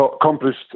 accomplished